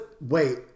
wait